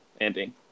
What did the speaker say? ending